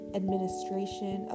administration